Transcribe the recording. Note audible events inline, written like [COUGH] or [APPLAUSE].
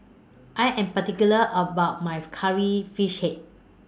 I Am particular about My [NOISE] Curry Fish Head